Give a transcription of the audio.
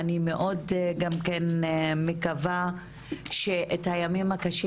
אני גם מאוד מקווה שאת הימים הקשים